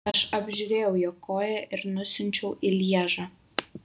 aš apžiūrėjau jo koją ir nusiunčiau į lježą